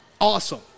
awesome